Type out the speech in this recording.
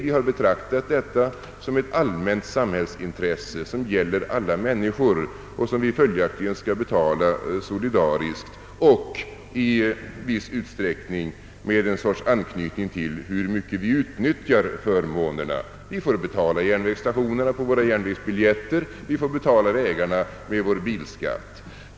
Vi har betraktat dessa förmåner som allmänna och ansett att vi följaktligen skall betala dem solidariskt, med viss anknytning till hur mycket vi utnyttjar förmånerna. Vi får ju betala järnvägsstationerna på våra järnvägsbiljetter, och vägarna får vi betala med vår bilskatt.